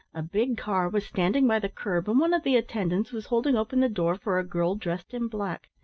a big car was standing by the kerb and one of the attendants was holding open the door for a girl dressed in black.